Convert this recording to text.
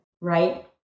right